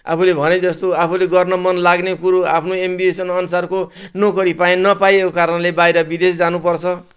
आफूले भने जस्तो आफूले गर्न मन लाग्ने कुरो आफ्नो एम्बिसनअनुसारको नोकरी पाए नपाएको कारणले बाहिर विदेश जानुपर्छ